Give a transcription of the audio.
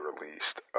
released